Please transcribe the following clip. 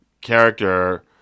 character